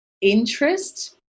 interest